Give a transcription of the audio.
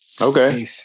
Okay